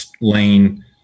Lane